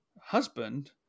husband